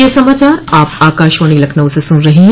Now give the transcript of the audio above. ब्रे क यह समाचार आप आकाशवाणी लखनऊ से सुन रहे हैं